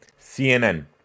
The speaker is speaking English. CNN